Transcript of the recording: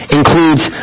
includes